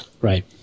right